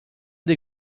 des